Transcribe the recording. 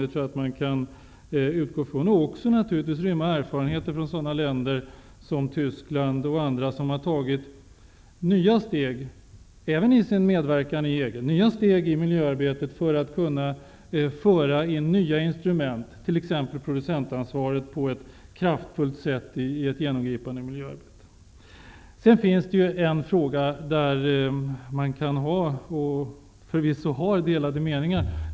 Den kommer även att beakta erfarenheter från andra länder, såsom Tyskland, som har tagit nya steg, även i sin medverkan i EG, för att kunna föra in nya instrument, t.ex. producentansvaret, på ett kraftfullt sätt i ett genomgripande miljöarbete. Det finns en fråga där man kan ha och förvisso har delade meningar.